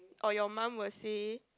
or you mum will say